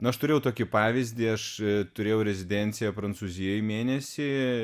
nu aš turėjau tokį pavyzdį aš turėjau rezidenciją prancūzijoj mėnesį